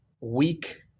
week